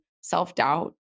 self-doubt